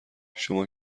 شما